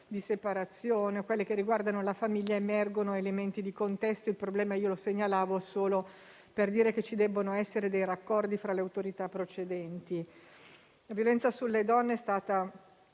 di separazione o che riguardano la famiglia emergono elementi di contesto e il problema lo segnalavo solo per dire che ci devono essere dei raccordi tra le autorità procedenti. Il tema della violenza sulle donne è stato